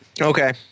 Okay